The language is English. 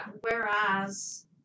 whereas